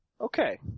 okay